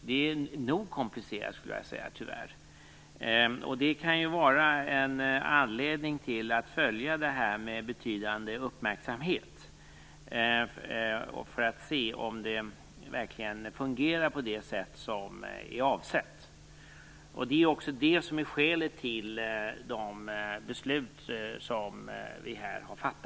Jag skulle vilja säga att det tyvärr ändå är nog så komplicerat. Det kan vara en anledning till att följa det här med betydande uppmärksamhet och se om det verkligen fungerar på det sätt som är avsett. Det är också det som är skälet till de beslut som vi här har fattat.